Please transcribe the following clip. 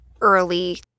early